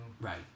Right